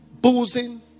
boozing